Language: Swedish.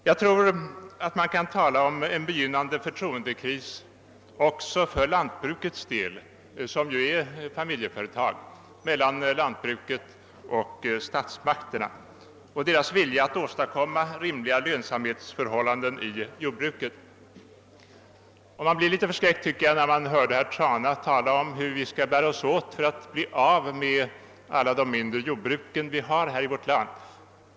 Jag tror att man kan tala om en be 3ynnande förtroendekris också mellan iantbruket och statsmakterna — lantbruken är ju vanligen familjeföretag. Man börjar ifrågasätta statsmakternas vilja att åstadkomma lönsamhet i jordbruket. Jag blev litet förskräckt när jag hörde herr Trana resonera om hur vi skall bära oss åt för att bli av med alla de mindre jordbruk vi har i vårt land.